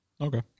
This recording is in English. Okay